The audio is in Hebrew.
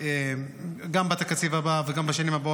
גם בתקציב הבא וגם בשנים הבאות,